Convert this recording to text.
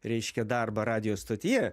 reiškia darbą radijo stotyje